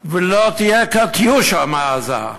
ולא תהיה "קטיושה" מעזה.